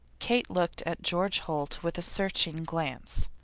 kate looked at george holt with a searching glance.